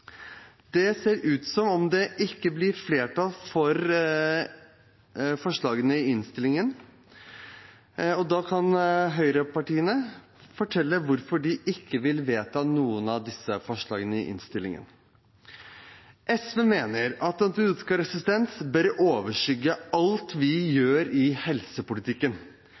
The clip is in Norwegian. Det ser ut som om det ikke blir flertall for forslagene i innstillingen, og da kan høyrepartiene fortelle hvorfor de ikke vil støtte noen av disse forslagene i innstillingen. SV mener at antibiotikaresistens bør overskygge alt vi gjør i helsepolitikken.